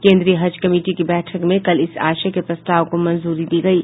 केंद्रीय हज कमिटी की बैठक में कल इस आशय के प्रस्ताव को मंजूरी दी गयी